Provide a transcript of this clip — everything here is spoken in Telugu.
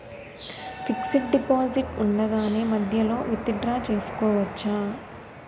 ఫిక్సడ్ డెపోసిట్ ఉండగానే మధ్యలో విత్ డ్రా చేసుకోవచ్చా?